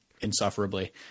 insufferably